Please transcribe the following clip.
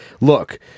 look